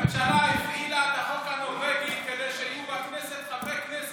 הממשלה הפעילה את החוק הנורבגי כדי שיהיו בכנסת חברי כנסת.